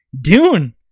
Dune